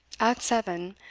at seven,